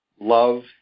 Love